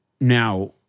Now